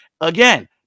Again